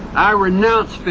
i renounce